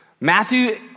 Matthew